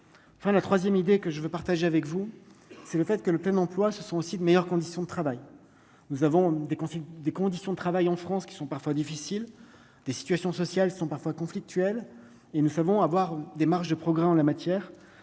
enfin la 3ème idée que je veux partager avec vous, c'est le fait que le thème emploi ce sont aussi de meilleures conditions de travail, nous avons des conflits, des conditions de travail en France qui sont parfois difficiles, des situations sociales sont parfois conflictuelles et nous savons avoir des marges de progrès en la matière,